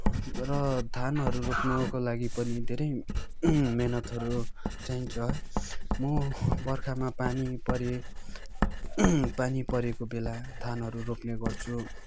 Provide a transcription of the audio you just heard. र धानहरू रोप्नुको लागि पनि धेरै मेहनतहरू चाहिन्छ म बर्खामा पानी परे पानी परेको बेला धानहरू रोप्ने गर्छु